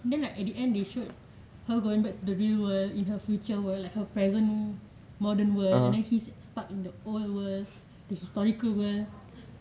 then like at the end they showed her going back to real world in her future world like her present modern world and then he's stuck in the old world the historical world